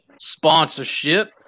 sponsorship